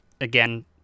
again